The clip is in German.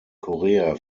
korea